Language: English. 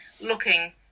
looking